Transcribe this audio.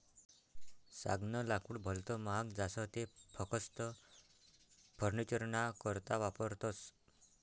सागनं लाकूड भलत महाग जास ते फकस्त फर्निचरना करता वापरतस